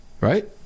Right